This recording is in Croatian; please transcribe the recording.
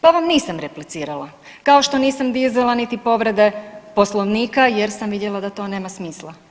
Po ovom nisam replicirala kao što nisam dizala niti povrede Poslovnika jer sam vidjela da to nema smisla.